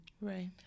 Right